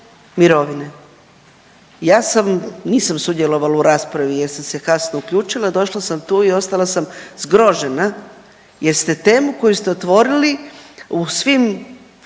mirovine. Ja sam, nisam sudjelovala u raspravi jer sam se kasno uključila, došla sam tu i ostala sam zgrožena jer ste temu koju ste otvorili u svim